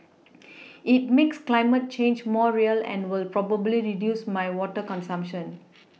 it makes climate change more real and will probably reduce my water consumption